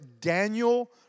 Daniel